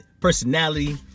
personality